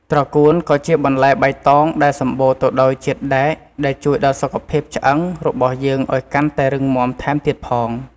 ត្រកួនក៏ជាបន្លែបៃតងដែលសំបូរទៅដោយជាតិដែកដែលជួយដល់សុខភាពឆ្អឹងរបស់យើងឱ្យកាន់តែរឹងមាំថែមទៀតផង។